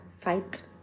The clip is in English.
fight